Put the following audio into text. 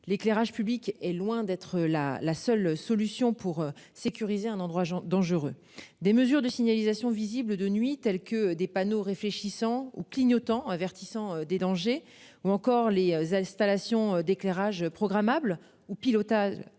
L'éclairage public est loin d'être la, la seule solution pour sécuriser un endroit dangereux. Des mesures de signalisation visible de nuit tels que des panneaux réfléchissants ou clignotant avertissant des dangers ou encore les installations d'éclairage programmables ou pilotage